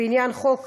בעניין חוק